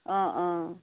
অঁ অঁ